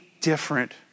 different